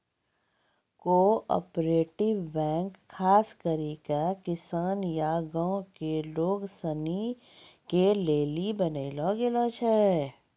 cooperative bank खास करी के किसान या गांव के लोग सनी के लेली बनैलो गेलो छै